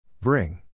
Bring